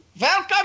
Welcome